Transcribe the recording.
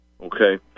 okay